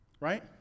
Right